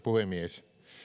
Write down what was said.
puhemies